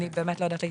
לא יודעת להתייחס.